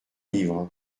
livres